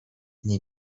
nie